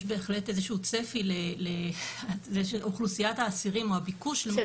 יש בהחלט איזה צפי לזה שאוכלוסיית האסירים או הביקוש --- בסדר,